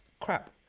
Crap